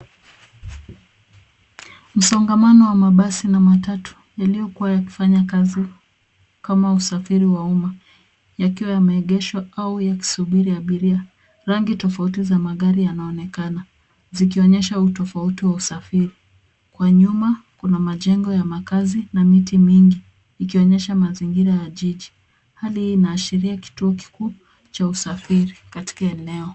Msongamano wa mabasi na matatu yaliyokuwa yakifanya kazi kama usafiri wa umma yakiwa yameegeshwa au yakisubiri abiria. Rangi tofauti za magari yanaonekana, zikionyesha utofauti wa usafiri. Kwa nyuma, kuna majengo ya makazi na miti mingi, ikionyesha mazingira ya jiji. Hali hii inaashiria kituo kikuu cha usafiri katika eneo.